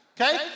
Okay